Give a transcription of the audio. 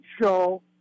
show